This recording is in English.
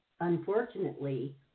unfortunately